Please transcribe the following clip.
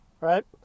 right